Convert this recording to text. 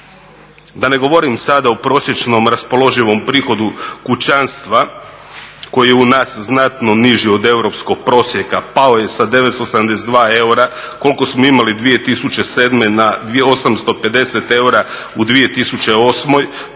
da ne govorim sada o prosječnom raspoloživom prihodu kućanstva koji je u znatno niži od europskog prosjeka, pa je sa 972 eura, koliko smo imali 2007. na 850 eura u 2008., dok